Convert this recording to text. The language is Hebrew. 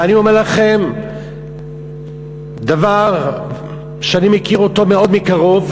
ואני אומר לכם דבר שאני מכיר אותו מאוד מקרוב,